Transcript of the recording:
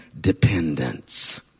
dependence